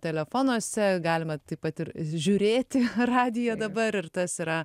telefonuose galima taip pat ir žiūrėti radiją dabar ir tas yra